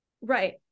Right